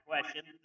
question